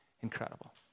incredible